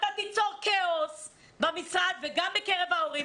אתה תיצור כאוס במשרד וגם בקרב ההורים.